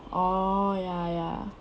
orh ya ya